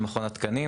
למשל מכון התקנים.